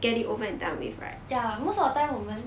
ya most of the time 我们